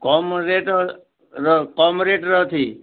କମ ରେଟର କମ ରେଟରେ ଅଛି